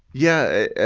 yeah,